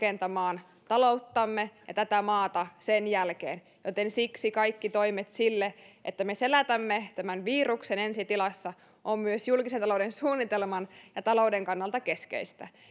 rakentamaan talouttamme ja tätä maata sen jälkeen joten siksi kaikki toimet sille että me selätämme tämän viruksen ensi tilassa on myös julkisen talouden suunnitelman ja talouden kannalta keskeistä